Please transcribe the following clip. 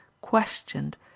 questioned